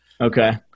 Okay